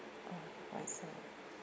oh I see